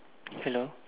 hello